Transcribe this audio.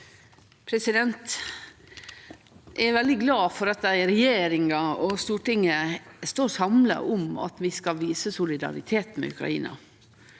Eg er veldig glad for at regjeringa og Stortinget står samla om at vi skal vise solidaritet med Ukraina.